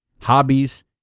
hobbies